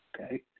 okay